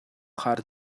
khar